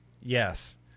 yes